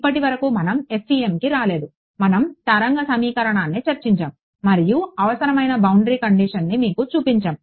ఇప్పటివరకు మనం FEMకి రాలేదు మనం తరంగ సమీకరణాన్ని చర్చించాము మరియు అవసరమైన బౌండరీ కండిషన్ని మీకు చూపించాము